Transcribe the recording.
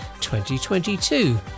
2022